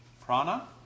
Prana